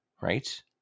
right